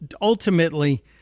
ultimately